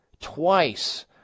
twice